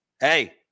hey